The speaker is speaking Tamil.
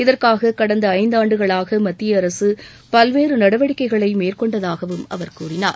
இதற்காக கடந்த ஐந்தாண்டுகளாக மத்திய அரசு பல்வேறு நடவடிக்கைகளை மேற்கொண்டதாகவும் அவர் கூறினார்